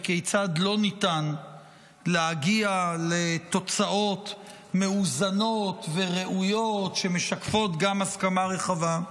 וכיצד לא ניתן להגיע לתוצאות מאוזנות וראויות שמשקפות גם הסכמה רחבה.